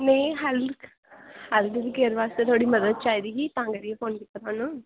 आं जी health care बास्तै थोह्ड़ी मदद चाहिदी ही ते पानी पाना